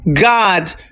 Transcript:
God